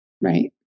Right